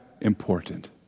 important